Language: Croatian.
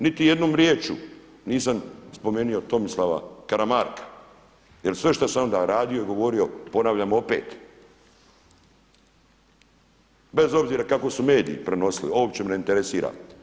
Niti jednom riječju nisam spomenuo Tomislava Karamarka jer sve što sam onda radio i govorio ponavljam opet bez obzira kako su mediji prenosili uopće me ne interesira.